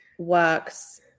works